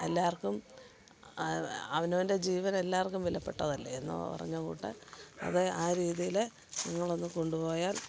എല്ലാവർക്കും അവനോൻ്റെ ജീവൻ എല്ലാവർക്കും വിലപ്പെട്ടതല്ലേ എന്ന് പറഞ്ഞ കൂട്ട് അത് ആ രീതിയിൽ നിങ്ങളൊന്ന് കൊണ്ട്പോയാൽ